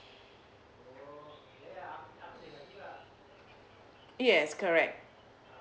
yes correct